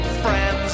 friends